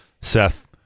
seth